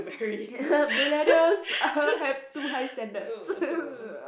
millennials have too high standards